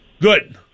Good